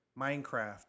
minecraft